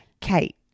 Kate